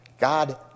God